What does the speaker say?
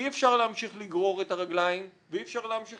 אי אפשר להמשיך לגרור את הרגליים ואי אפשר להמשיך